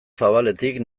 zabaletik